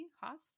Haas